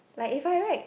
like if I write